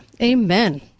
amen